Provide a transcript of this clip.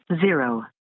Zero